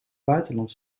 buitenland